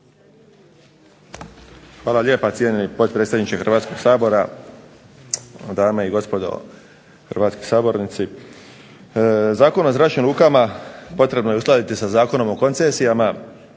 Hvala lijepa cijenjeni potpredsjedniče Hrvatskoga sabora, dame i gospodo hrvatski sabornici. Zakon o zračnim lukama potrebno je uskladiti sa Zakonom o koncesijama,